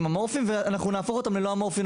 אמורפיים ואנחנו נהפוך אותם ללא אמורפיים,